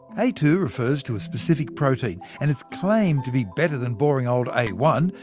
a two refers to a specific protein, and it's claimed to be better than boring old a one.